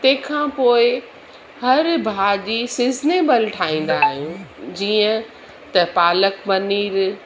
तंहिंखां पोएं हर भाॼी सिज़नेबल ठाहींदा आहियूं जीअं त पालक पनीर